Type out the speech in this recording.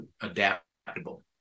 adaptable